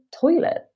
toilet